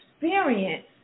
experience